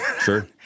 Sure